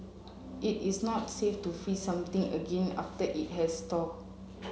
it is not safe to freeze something again after it has thawed